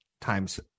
times